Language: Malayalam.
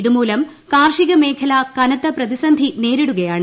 ഇതുമൂലൂം കാർഷിക മേഖല കനത്ത പ്രതിസന്ധി നേരിടുകയാണ്